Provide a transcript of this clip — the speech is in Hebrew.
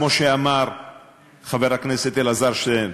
כמו שאמר חבר הכנסת אלעזר שטרן,